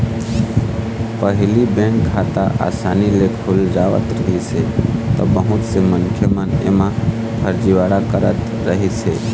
पहिली बेंक खाता असानी ले खुल जावत रहिस हे त बहुत से मनखे मन एमा फरजीवाड़ा करत रहिस हे